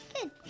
Good